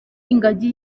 ingagi